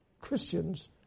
Christians